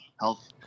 health